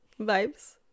vibes